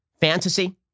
fantasy